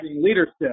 leadership